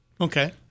Okay